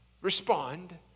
respond